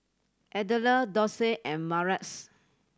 Adelle Dorsey and Martez